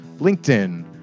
LinkedIn